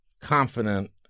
confident